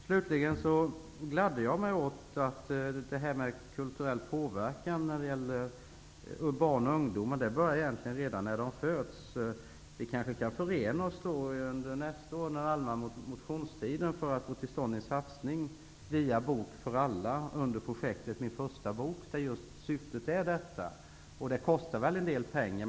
Slutligen gladde det mig att Elisabeth Fleetwood sade att kulturell påverkan egentligen börjar redan när barn föds. Under allmänna motionstiden nästa år kanske vi kan förena oss för att få till stånd en satsning via ''En bok för alla'' under projektet ''Min första bok'', som har ett sådant syfte. Det kostar nog en del pengar.